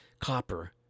Copper